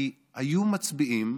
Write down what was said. כי היו מצביעים